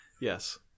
Yes